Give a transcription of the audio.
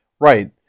Right